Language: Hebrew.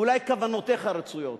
אולי כוונותיך רצויות,